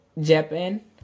Japan